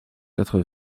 quatre